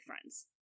friends